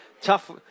Tough